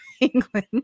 England